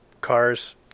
Cars